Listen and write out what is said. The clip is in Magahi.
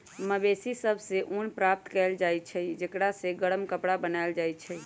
मवेशि सभ से ऊन प्राप्त कएल जाइ छइ जेकरा से गरम कपरा बनाएल जाइ छइ